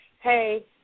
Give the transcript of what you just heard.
hey